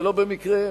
ולא במקרה,